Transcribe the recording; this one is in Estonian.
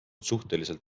suhteliselt